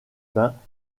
bains